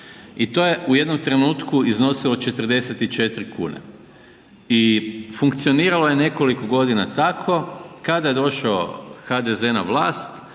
i to je u jednom trenutku iznosilo 44 kune. I funkcioniralo je nekoliko godina tako, kada je došao HDZ na vlast